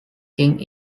king